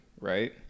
right